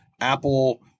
Apple